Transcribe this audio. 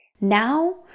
now